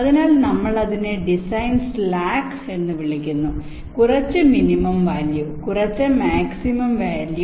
അതിനാൽ നമ്മൾ അതിനെ ഡിസൈൻ സ്ലാക്ക് എന്ന് വിളിക്കുന്നു കുറച്ച് മിനിമം വാല്യൂ കുറച്ച മാക്സിമം വാല്യൂ